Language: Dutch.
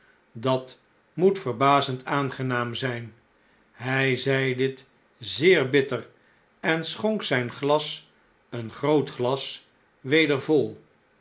dat moet verbazend aangenaam zijn hij zei dit zeer bitter en schonk zijn glas een groot glas weder vol